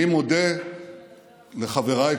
מי שמדבר על, אני מודה לחבריי כאן,